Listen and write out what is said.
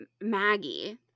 Maggie